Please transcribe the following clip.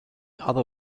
other